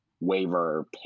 waiver